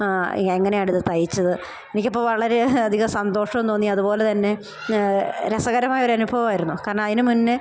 എങ്ങനെയാണിത് തയ്ച്ചത് എനിക്കിപ്പോൾ വളരെ അധികം സന്തോഷം തോന്നി അതുപോലെതന്നെ രസകരമായ ഒരനുഭമായിരുന്നു കാരണം അതിനു മുന്നേ